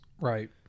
right